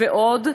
ועוד.